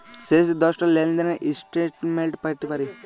শেষ যে দশটা লেলদেলের ইস্ট্যাটমেল্ট প্যাইতে পারি